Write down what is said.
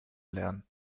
lernen